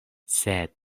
sed